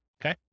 Okay